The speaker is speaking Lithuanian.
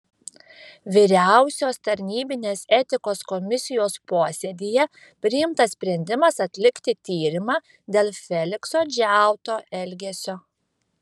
vyriausios tarnybinės etikos komisijos posėdyje priimtas sprendimas atlikti tyrimą dėl felikso džiauto elgesio